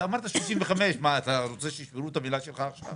אתה אמרת 35, אתה רוצה שישברו את המילה שלך עכשיו?